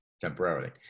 temporarily